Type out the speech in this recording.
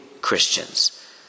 Christians